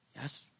Yes